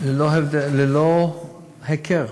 ללא הכר.